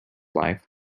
life